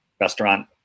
restaurant